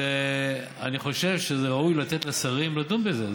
אבל אני חושב שראוי לתת לשרים לדון בזה.